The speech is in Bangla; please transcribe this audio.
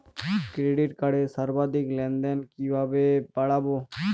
ক্রেডিট কার্ডের সর্বাধিক লেনদেন কিভাবে বাড়াবো?